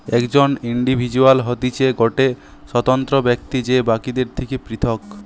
একজন ইন্ডিভিজুয়াল হতিছে গটে স্বতন্ত্র ব্যক্তি যে বাকিদের থেকে পৃথক